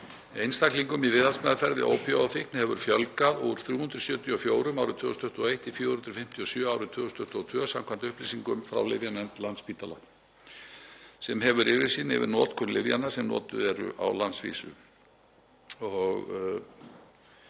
Einstaklingum í viðhaldsmeðferð við ópíóíðafíkn hefur fjölgað úr 374 árið 2021 í 457 árið 2022, samkvæmt upplýsingum frá lyfjanefnd Landspítala sem hefur yfirsýn yfir notkun lyfjanna sem notuð eru á landsvísu.